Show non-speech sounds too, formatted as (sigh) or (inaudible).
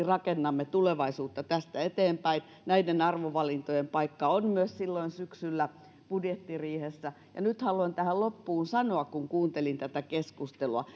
(unintelligible) rakennamme tulevaisuutta oikeudenmukaisesti tästä eteenpäin näiden arvovalintojen paikka on myös silloin syksyllä budjettiriihessä nyt haluan tähän loppuun sanoa kun kuuntelin tätä keskustelua (unintelligible)